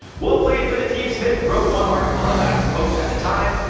while playing for the team, smith wrote one article about his coach at the time,